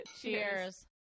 Cheers